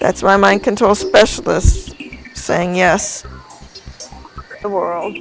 that's why mind control specialist saying yes the world